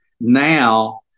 now